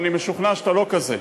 אבל אני משוכנע שאתה לא כזה,